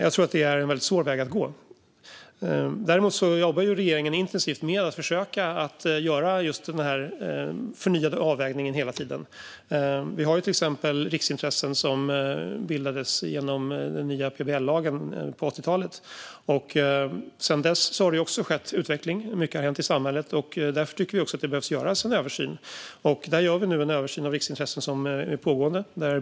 Jag tror att det är en väldigt svår väg att gå. Regeringen jobbar intensivt med att hela tiden försöka göra den förnyade avvägningen. Vi har till exempel riksintressen som bildades genom den nya plan och bygglagen på 80-talet. Sedan dess har det också skett utveckling; mycket har hänt i samhället. Därför tycker vi att det behöver göras en översyn, och vi gör nu en pågående översyn av riksintressen.